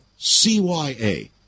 CYA